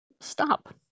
stop